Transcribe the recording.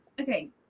Okay